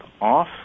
off